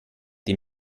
dem